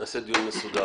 נעשה דיון מסודר.